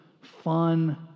fun